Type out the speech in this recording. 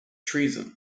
treason